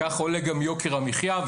כך עולה גם יוקר המחייה,